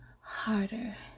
Harder